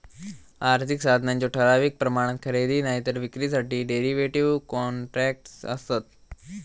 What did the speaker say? आर्थिक साधनांच्या ठराविक प्रमाणात खरेदी नायतर विक्रीसाठी डेरीव्हेटिव कॉन्ट्रॅक्टस् आसत